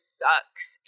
sucks